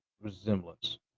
resemblance